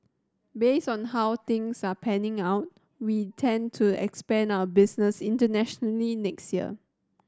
based on how things are panning out we tend to expand our business internationally next year